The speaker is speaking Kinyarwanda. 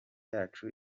yacu